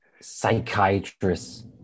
psychiatrist